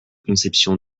conceptions